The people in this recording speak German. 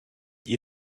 ihr